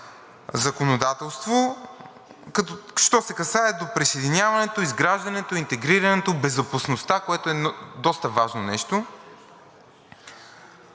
законодателство, що се касае до присъединяването, изграждането, интегрирането, безопасността, което е доста важно нещо,